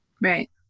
Right